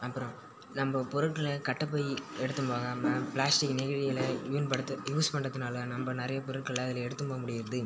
அப்புறம் நம்ம பொருட்களை கட்டப்பை எடுத்துன்னு போகாமல் ப்ளாஸ்டிக் நெகிழிகளை யூன் படுத்து யூஸ் பண்றதினால நம்ம நிறைய பொருட்களை அதில் எடுத்துன்னு போக முடியுது